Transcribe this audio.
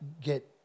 get